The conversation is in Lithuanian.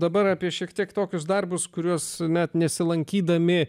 dabar apie šiek tiek tokius darbus kuriuos net nesilankydami